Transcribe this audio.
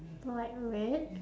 more like red